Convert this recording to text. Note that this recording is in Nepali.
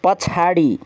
पछाडि